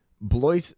Blois